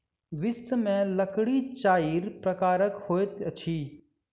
विश्व में लकड़ी चाइर प्रकारक होइत अछि